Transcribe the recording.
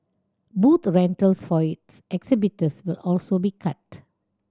booth rentals for its exhibitors will also be cut